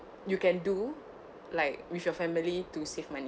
you can do like with your family to save money